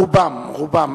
רובם.